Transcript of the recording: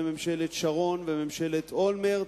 ממשלת שרון וממשלת אולמרט,